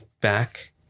back